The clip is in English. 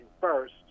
first